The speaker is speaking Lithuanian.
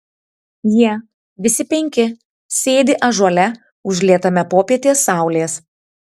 jie visi penki sėdi ąžuole užlietame popietės saulės